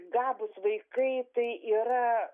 gabūs vaikai tai yra